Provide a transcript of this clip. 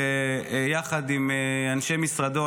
יחד עם אנשי משרדו,